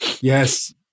yes